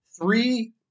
Three